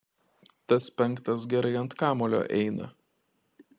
tas penktas gerai ant kamuolio eina